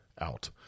out